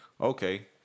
okay